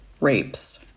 rapes